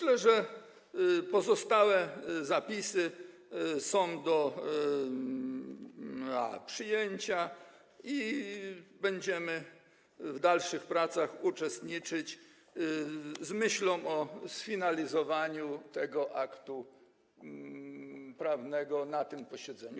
Sądzę, że pozostałe zapisy są do przyjęcia i będziemy w dalszych pracach uczestniczyć, z myślą o sfinalizowaniu tego aktu prawnego na tym posiedzeniu.